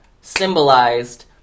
symbolized